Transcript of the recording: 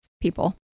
people